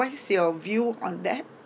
what's your view on that